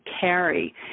carry